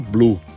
Blue